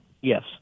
Yes